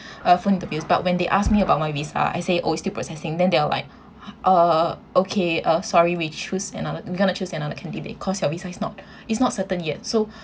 uh phone interviews but when they ask me about my visa I say oh it's still processing then they will like uh okay uh sorry we choose anoth~ we're going to choose another candidate cause your visa is not is not certain yet so